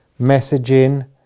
messaging